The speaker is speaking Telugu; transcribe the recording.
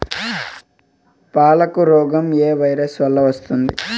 పాలకు రోగం ఏ వైరస్ వల్ల వస్తుంది?